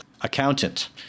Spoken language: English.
accountant